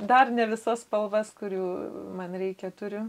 dar ne visas spalvas kurių man reikia turiu